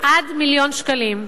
עד מיליון שקלים.